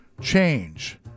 change